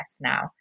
now